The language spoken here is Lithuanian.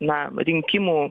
na rinkimų